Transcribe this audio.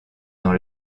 dans